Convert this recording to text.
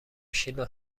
شیلا